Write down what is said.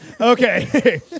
Okay